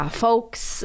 folks